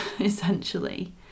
essentially